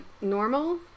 normal